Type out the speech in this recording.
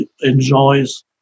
enjoys